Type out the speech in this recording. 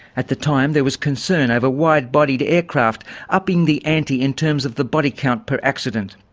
at the time there was concern over wide-bodied aircraft upping the ante in terms of the body count per accident.